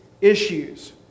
issues